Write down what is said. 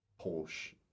Porsche